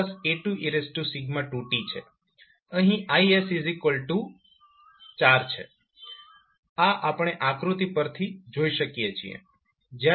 અહીં Is4 છે આ આપણે આકૃતિ પરથી જોઈ શકીએ છીએ